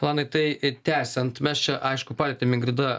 elanai tai tęsiant mes čia aišku palietėm ingrida